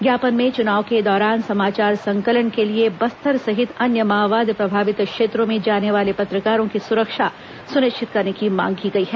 ज्ञापन में चुनाव के दौरान समाचार संकलन के लिए बस्तर सहित अन्य माओवाद प्रभावित क्षेत्रों में जाने वाले पत्रकारों की सुरक्षा सुनिश्चित करने की मांग की गई है